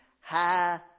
high